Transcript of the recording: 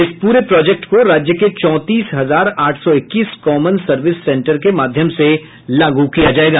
इस पूरे प्रोजेक्ट को राज्य के चौंतीस हजार आठ सौ इक्कीस कॉमन सर्विस सेंटर के माध्यम से लागू किया जायेगा